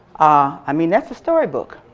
i mean, that's a storybook.